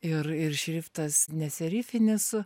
ir ir šriftas neserifinis